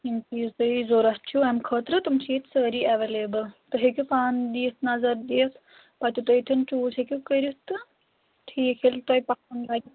یِم چیٖز تُہۍ ضوٚرَتھ چھُو اَمہِ خٲطرٕ تم چھِ ییٚتہِ سٲری ایویلیبٕل تُہۍ ہیٚکِو پانہٕ دِتھ نظر دِتھ پَتہٕ یُتھُے ییٚتھٮ۪ن چوٗز ہیٚکِو کٔرِتھ تہٕ ٹھیٖک ییٚلہِ تۄہہِ پَسَنٛد لگہِ